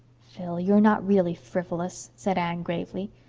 phil, you're not really frivolous, said anne gravely.